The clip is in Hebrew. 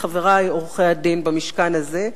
אני חבה תודה גם לחברי עורכי-הדין במשכן הזה,